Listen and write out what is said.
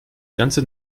ganze